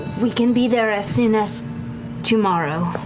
we can be there as soon as tomorrow.